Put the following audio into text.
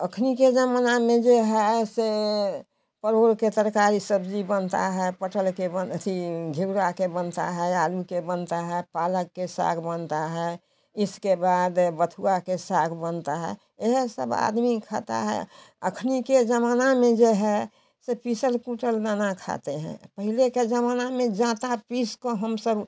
अखनी के ज़माना में जो है से परवोल के तरकारी सब्ज़ी बनता है पटल के बन अथी घेवड़ा के बनता है आलू के बनता है पालक के साग बनता है इसके बाद बथुआ के साग बनता है यह सब आदमी खाता है अखनी के ज़माना में जो है सब पीसल कुटल दाना खाते हैं पहले का ज़माना में ज़्यादा पीस कर हम सब